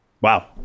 Wow